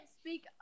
speak